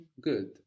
Good